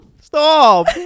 Stop